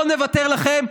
לא נוותר לכם,